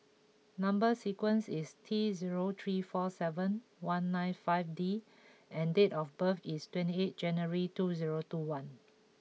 number sequence is T zero three four seven one nine five D and date of birth is twenty eight January two zero two one